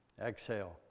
exhale